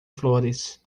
flores